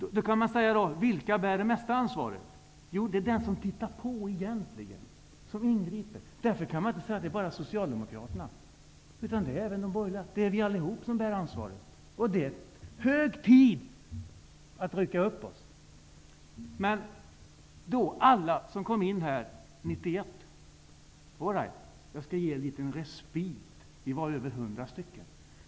Vilka bär det största ansvaret? Jo, det är egentligen de som tittar på. Därför kan man inte säga att det bara är socialdemokraterna utan det är även de borgerliga. Det är vi alla som bär ansvaret. Det är hög tid att vi rycker upp oss. Jag skall ge alla som kom in i riksdagen år 1991 en liten respit. Vi var över hundra stycken.